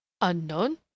Unknown